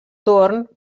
torn